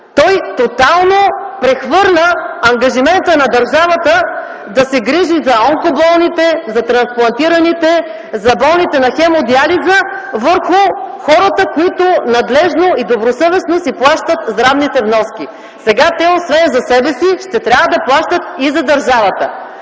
Той тотално прехвърля ангажимента на държавата да се грижи за онкоболните, за трансплантираните, за болните на хемодиализа върху хората, които надлежно и добросъвестно си плащат здравните вноски. Сега те, освен за себе си, ще трябва да плащат и за държавата.